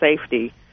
safety